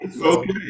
Okay